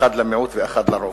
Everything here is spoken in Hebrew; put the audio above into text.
אחד למיעוט ואחד לרוב.